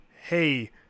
Hey